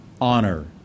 honor